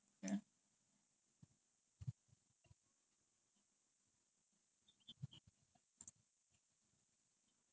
I was like you because you in T_L_S also I thought like people in T_L_S they also get attached like so I thought you also attached in T_L_S